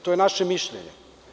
To je naše mišljenje.